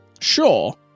Sure